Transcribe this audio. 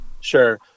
Sure